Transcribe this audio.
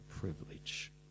privilege